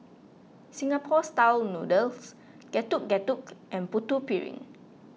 Singapore Style Noodles Getuk Getuk and Putu Piring